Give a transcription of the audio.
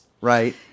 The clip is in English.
right